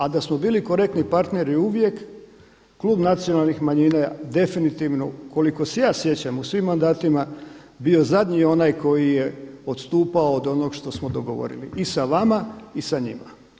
A da smo bili korektni partneri uvijek, Klub nacionalnih manjina definitivno, koliko se ja sjećam u svim mandatima je bio zadnji onaj koji je odstupao od onog što smo dogovorili i sa vama i sa njima.